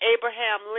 Abraham